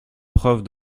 preuve